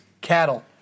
Cattle